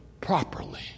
properly